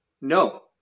No